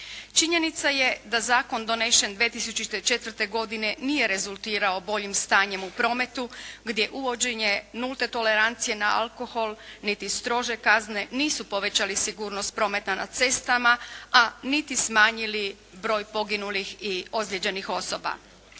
Činjenica je da zakon donesen 2004. godine nije rezultirao boljem stanju u prometu gdje uvođenje nulte tolerancije na alkohol niti strože kazne nisu povećali sigurnost prometa na cestama, a niti smanjili broj poginulih i ozlijeđenih osoba.